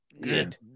good